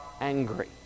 angry